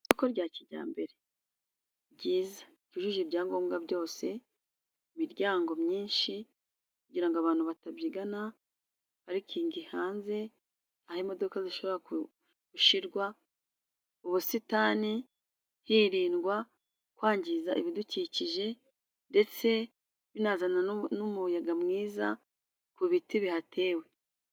Isoko rya kijyambere ryiza ryujuje ibyangombwa byose, imiryango myinshi kugira ngo abantu batabyigana, parikingi hanze aho imodoka zishobora gushirwa, ubusitani hirindwa kwangiza ibidukikije ndetse binazana n'umuyaga mwiza ku biti bihatewe.